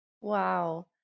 Wow